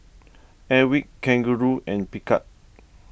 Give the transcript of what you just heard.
Airwick Kangaroo and Picard